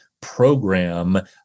program